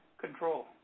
control